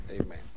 Amen